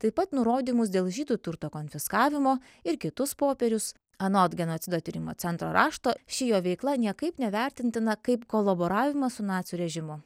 taip pat nurodymus dėl žydų turto konfiskavimo ir kitus popierius anot genocido tyrimo centro rašto ši jo veikla niekaip nevertintina kaip kolaboravimas su nacių režimu